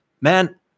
man